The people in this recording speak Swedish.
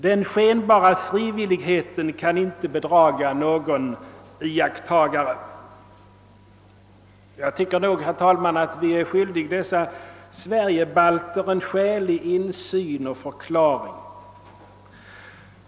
Den skenbara frivilligheten kan inte bedraga någon iakttagare.» Jag tycker, herr talman, att vi är skyldiga dessa Sverige-balter en skälig insyn och förklaring.